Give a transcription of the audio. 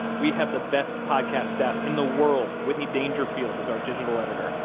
we have the best podcast staff in the world. whitney dangerfield is our digital editor.